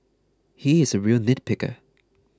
he is a real nitpicker